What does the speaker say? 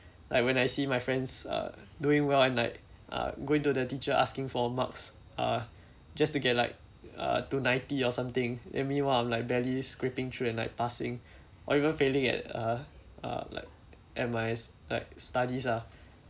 like when I see my friends uh doing well and like uh going to the teacher asking for marks uh just to get like uh to ninety or something and meanwhile I'm like barely scraping through and like passing or even failing at uh uh like at my like studies ah